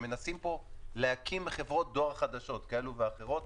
שמנסים פה להקים חברות דואר חדשות כאלו ואחרות,